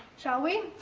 shall we?